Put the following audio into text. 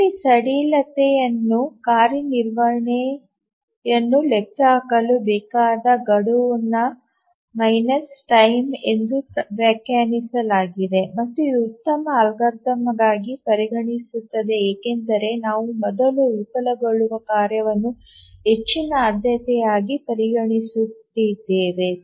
ಇಲ್ಲಿ ಸಡಿಲತೆಯನ್ನು ಕಾರ್ಯ ನಿರ್ವಹಣೆಯನ್ನು ಲೆಕ್ಕಹಾಕಲು ಬೇಕಾದ ಗಡುವು ಮೈನಸ್ time ಎಂದು ವ್ಯಾಖ್ಯಾನಿಸಲಾಗಿದೆ ಮತ್ತು ಇದು ಉತ್ತಮ ಅಲ್ಗಾರಿದಮ್ ಆಗಿ ಪರಿಣಮಿಸುತ್ತದೆ ಏಕೆಂದರೆ ನಾವು ಮೊದಲು ವಿಫಲಗೊಳ್ಳುವ ಕಾರ್ಯವನ್ನು ಹೆಚ್ಚಿನ ಆದ್ಯತೆಯಾಗಿ ಪರಿಗಣಿಸುತ್ತಿದ್ದೇವೆ